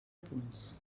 punts